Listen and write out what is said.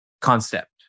concept